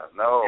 no